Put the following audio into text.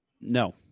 No